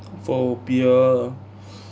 phobia